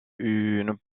une